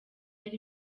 ari